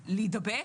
להידבק.